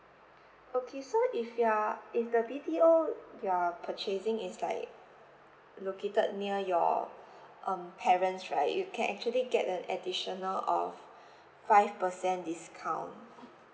okay so if you're if the B_T_O you are purchasing is like located near your um parents right you can actually get an additional of five percent discount